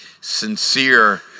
sincere